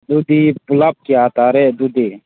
ꯑꯗꯨꯗꯤ ꯄꯨꯂꯞ ꯀꯌꯥ ꯇꯥꯔꯦ ꯑꯗꯨꯗꯤ